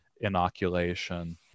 inoculation